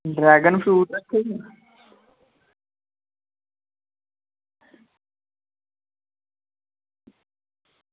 drain fruit रक्खे दे